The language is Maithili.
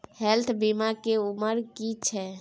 हेल्थ बीमा के उमर की छै?